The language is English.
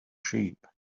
sheep